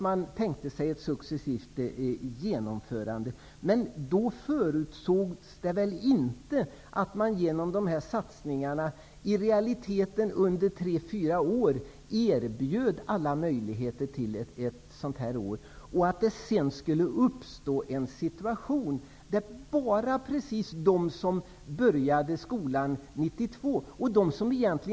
Man tänkte sig ett successivt genomförande, men då förutsågs det väl inte att dessa satsningar i realiteten innebar att man under tre fyra år erbjöd alla möjligheter till ett kompletterande år. Sedan uppstod situationen att den årskull som började skolan 1992 var den enda som inte erbjöds detta.